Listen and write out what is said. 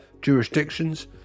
jurisdictions